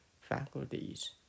faculties